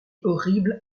horrible